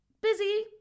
busy